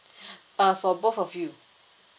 uh for both of you